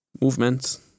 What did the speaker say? movement